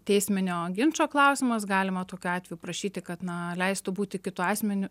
teisminio ginčo klausimas galima tokiu atveju prašyti kad na leistų būti kitu asmeniu